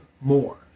more